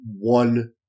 one